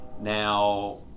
now